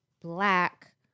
black